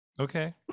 Okay